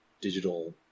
digital